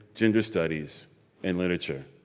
gender studies and literature.